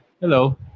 Hello